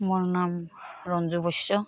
মোৰ নাম ৰঞ্জু বৈশ্য